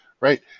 Right